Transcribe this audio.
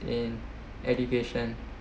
in education